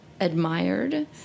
admired